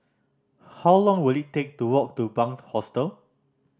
how long will it take to walk to Bunc Hostel